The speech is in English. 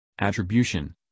Attribution